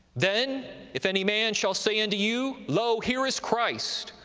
then if any man shall say unto you, lo, here is christ,